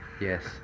Yes